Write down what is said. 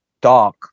dark